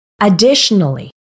Additionally